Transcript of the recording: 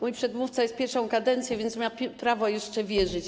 Mój przedmówca jest tutaj pierwszą kadencję, więc ma prawo jeszcze wierzyć.